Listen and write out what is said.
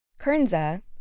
Kernza